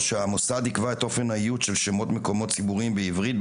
שהמוסד יקבע את אופן האיות של שמות מקומות ציבוריים בעברית,